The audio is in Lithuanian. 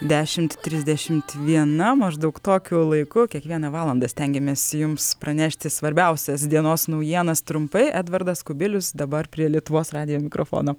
dešimt trisdešimt viena maždaug tokiu laiku kiekvieną valandą stengiamės jums pranešti svarbiausias dienos naujienas trumpai edvardas kubilius dabar prie lietuvos radijo mikrofono